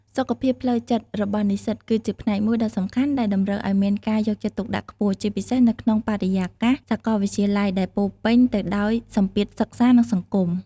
សុខភាពផ្លូវចិត្តរបស់និស្សិតគឺជាផ្នែកមួយដ៏សំខាន់ដែលតម្រូវឱ្យមានការយកចិត្តទុកដាក់ខ្ពស់ ជាពិសេសនៅក្នុងបរិយាកាសសាកលវិទ្យាល័យដែលពោរពេញទៅដោយសម្ពាធសិក្សា និងសង្គម។